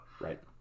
Right